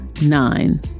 Nine